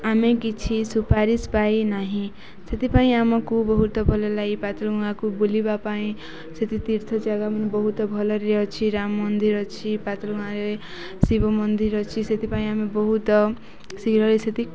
ଆମେ କିଛି ସୁପାରିଶ ପାଇ ନାହିଁ ସେଥିପାଇଁ ଆମକୁ ବହୁତ ଭଲ ଲାଗେ ବୁଲିବା ପାଇଁ ସେଠି ତୀର୍ଥ ଜାଗାମାନେ ବହୁତ ଭଲରେ ଅଛି ରାମ ମନ୍ଦିର ଅଛି ପାତ୍ର ଗାଁରେ ଶିବ ମନ୍ଦିର ଅଛି ସେଥିପାଇଁ ଆମେ ବହୁତ ଶୀଘ୍ର ସେଠି